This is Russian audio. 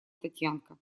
татьянка